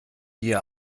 ihr